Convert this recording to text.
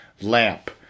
lamp